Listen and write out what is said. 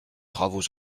travaux